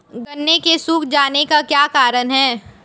गन्ने के सूख जाने का क्या कारण है?